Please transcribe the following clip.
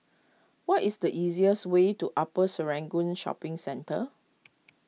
what is the easiest way to Upper Serangoon Shopping Centre